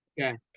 Okay